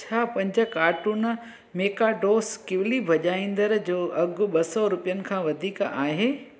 छा पंज कार्टून मेकाडोस किविली भजा॒ईंदड़ जो अघु ॿ सौ रुपियनि खां वधीक आहे